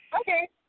Okay